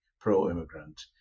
pro-immigrant